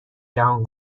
جهان